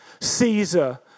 Caesar